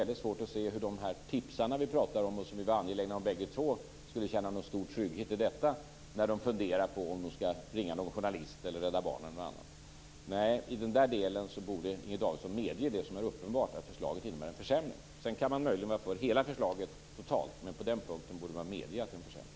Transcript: Jag har svårt att se hur tipsarna - som vi båda två är angelägna om - skulle känna någon större trygghet i detta när de funderar på att ringa någon journalist eller Rädda Barnen. Nej, i den delen borde Inger Davidson medge det som är uppenbart, att förslaget innebär en försämring. Sedan kan man möjligen vara för hela förslaget, men på den punkten borde man medge att det innebär en försämring.